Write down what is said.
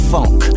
Funk